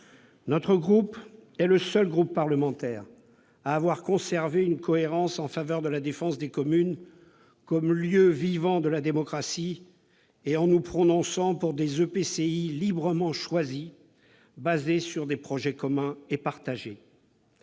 Notre groupe est le seul groupe parlementaire à avoir conservé une position cohérente de défense des communes comme lieux vivants de la démocratie, en se prononçant pour des EPCI librement choisis, fondés sur des projets communs et partagés.